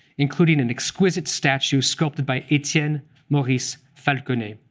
including an exquisite statue sculpted by etienne maurice falconet.